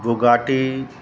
Bugatti